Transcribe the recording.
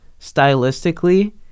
stylistically